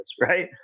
right